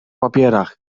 papierach